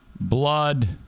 Blood